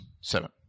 Seven